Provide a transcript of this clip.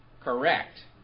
Correct